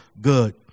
good